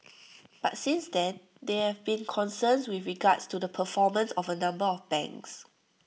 but since then there have been concerns with regards to the performance of A number of banks